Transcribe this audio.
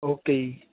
okay ਜੀ